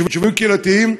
יישובים קהילתיים,